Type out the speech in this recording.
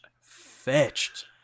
Fetched